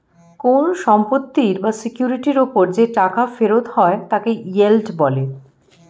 কোন সম্পত্তি বা সিকিউরিটির উপর যে টাকা ফেরত হয় তাকে ইয়েল্ড বলে